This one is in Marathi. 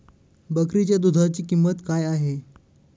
बकरीच्या दूधाची किंमत काय आहे?